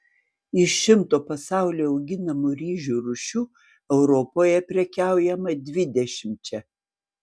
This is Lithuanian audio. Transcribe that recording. iš šimto pasaulyje auginamų ryžių rūšių europoje prekiaujama dvidešimčia